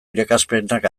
irakaspenak